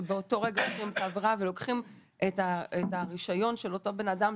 שבאותו רגע עוצרים את העבירה ולוקחים את הרישיון של אותו בנאדם,